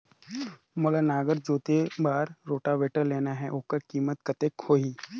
मोला नागर जोते बार रोटावेटर लेना हे ओकर कीमत कतेक होही?